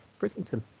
Brislington